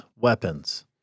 weapons